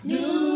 New